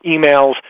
emails